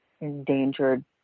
endangered